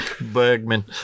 Bergman